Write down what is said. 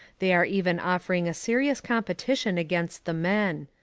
they are even offering a serious competition against the men.